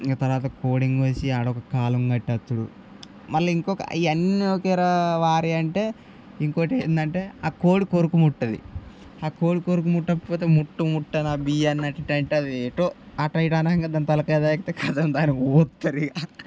ఇంక తర్వాత కోడిని కోసి ఆడొక కాలం కట్టి వస్తాడు మళ్ళీ ఇంకొక ఇవన్నీ ఓకేరా వారీ అంటే ఇంకోకటి ఏంటంటే ఆ కోడి కొరకుముట్టది ఆ కోడి కొరకు ముట్టకపోతే ముట్టు ముట్టని ఆ బియ్యాన్ని అట్టట్టంటే అది ఎటో అట్టా ఇట్టా అనంగా దాని తలకాయ తాగితే కదం దానికి కోత్తరిగ